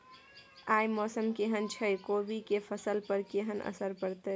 आय मौसम केहन छै कोबी के फसल पर केहन असर परतै?